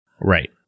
Right